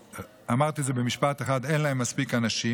ואמרתי את זה במשפט אחד: אין להם מספיק אנשים.